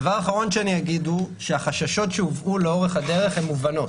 הדבר האחרון שאני אגיד הוא שהחששות שהובאו לאורך הדרך הם מובנים,